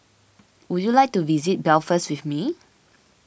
would you like to visit Belfast with me